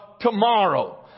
tomorrow